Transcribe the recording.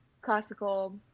classical